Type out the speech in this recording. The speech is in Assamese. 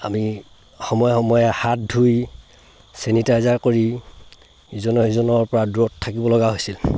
আৰু আমি সময়ে সময়ে হাত ধুই ছেনিটাইজাৰ কৰি ইজনে সিজনৰ পৰা দূৰত থাকিব লগা হৈছিল